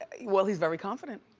well he's very confident,